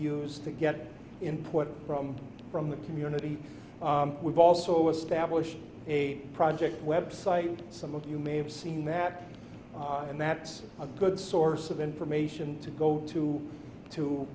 use to get input from from the community we've also established a project website and some of you may have seen that and that's a good source of information to go to